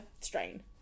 strain